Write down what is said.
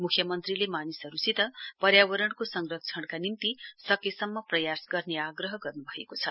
मुख्यमन्त्रीले मानिसहरुसित पर्यावरणको संरक्षणका निम्ति सकेसम्म प्रयास गर्ने आग्रह गर्नुभएको छ